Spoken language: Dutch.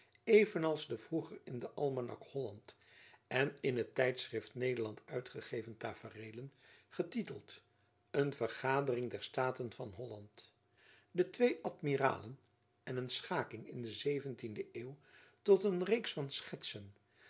als de vroeger in den almanak holland en in het tijdschrift nederland uitgegeven tafereelen getyteld een vergadering der staten van holland de twee amiralen en een schaking in de zeventiende eeuw tot een reeks van schetsen